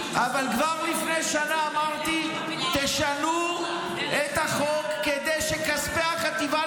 אבל גם לפני שנה אמרתי: תשנו את החוק כדי שכספי החטיבה